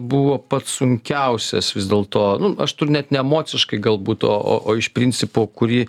buvo pats sunkiausias vis dėlto aš net ne emociškai galbūt o o iš principo kurį